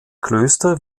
klöster